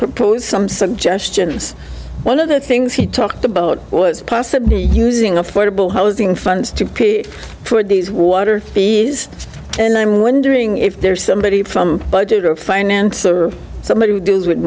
proposed some suggestions one of the things he talked about was possibly using affordable housing funds to pay for these water fees and i'm wondering if there's somebody from budget or finance or somebody who does with